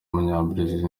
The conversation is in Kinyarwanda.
w’umunyabrazil